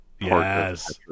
yes